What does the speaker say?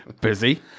busy